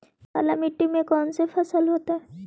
काला मिट्टी में कौन से फसल होतै?